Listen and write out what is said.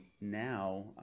now